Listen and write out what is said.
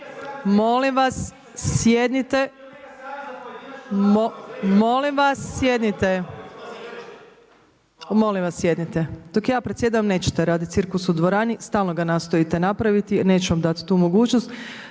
strane se ne čuje./… molim vas sjednite. Molim vas sjednite, dok ja predsjedam nećete raditi cirkus u dvorani, stalno ga nastojite napraviti neću vam dati tu mogućnost.